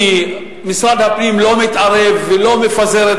כי משרד הפנים לא מתערב ולא מפזר את